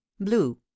Blue